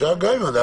מה קרה?